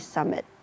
Summit